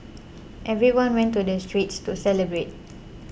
everyone went to the streets to celebrate